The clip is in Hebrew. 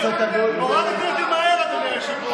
עכשיו תוקף אותנו ליברמן עם המעונות.